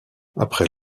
après